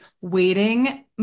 waiting